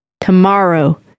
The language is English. Tomorrow